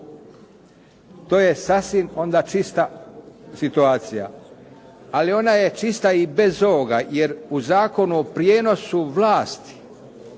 To je sasvim onda čista situacija. Ali ona je čista i bez ovoga, jer o Zakonu o prijenosu vlasti